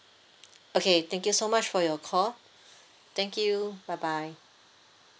okay thank you so much for your call thank you bye bye